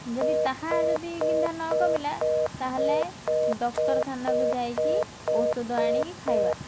ଯଦି ତାହା ଯଦି ବିନ୍ଧା ନ କମିଲା ତାହେଲେ ଡକ୍ଟରଖାନାକୁ ଯାଇକି ଔଷଧ ଆଣିକି ଖାଇବା